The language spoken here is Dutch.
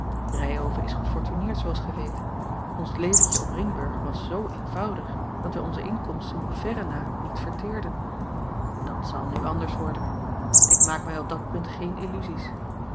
ryhove is gefortuneerd zooals gij weet ons leventje op ringburg was zoo eenvoudig dat wij onze inkomsten op verre na niet verteerden dat zal nu anders worden ik maak mij op dat punt geene illusies